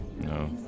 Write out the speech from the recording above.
No